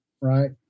right